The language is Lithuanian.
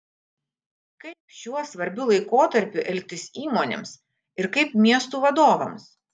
kaip šiuo svarbiu laikotarpiu elgtis įmonėms ir kaip miestų vadovams